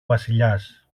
βασιλιάς